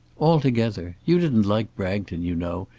altogether. you didn't like bragton you know,